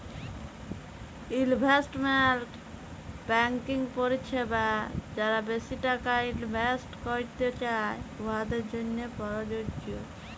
investment banking পরিছেবা যারা বেশি টাকা ইলভেস্ট ক্যইরতে চায়, উয়াদের জ্যনহে পরযজ্য